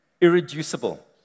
irreducible